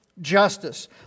justice